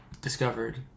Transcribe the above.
Discovered